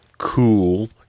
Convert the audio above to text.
Cool